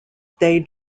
day